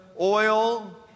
oil